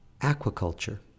aquaculture